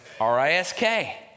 R-I-S-K